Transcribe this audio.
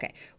Okay